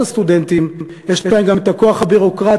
הסטודנטים יש להן גם את הכוח הביורוקרטי,